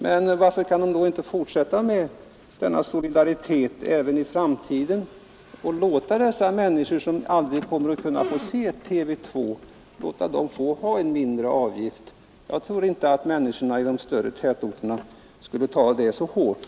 Men varför kan de då inte fortsätta att vara solidariska även i framtiden och låta dessa människor, som aldrig kommer att kunna se TV 2, få betala en mindre avgift? Jag tror inte att människorna i de större tätorterna skulle ta det så hårt.